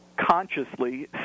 consciously